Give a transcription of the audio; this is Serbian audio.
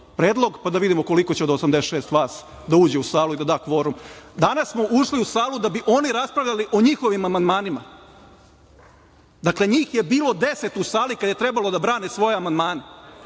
predlog, pa da vidimo koliko od vas 86 da uđe u salu i da da kvorum. Danas smo ušli u salu da bi oni raspravljali o njihovim amandmanima. Dakle, njih je bilo deset u sali kada je trebalo da brane svoje amandmane.